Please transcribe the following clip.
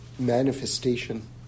manifestation